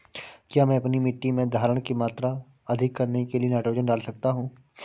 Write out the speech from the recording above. क्या मैं अपनी मिट्टी में धारण की मात्रा अधिक करने के लिए नाइट्रोजन डाल सकता हूँ?